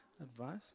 advice